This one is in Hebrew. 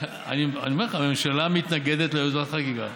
אני אומר לך, הממשלה מתנגדת ליוזמת החקיקה.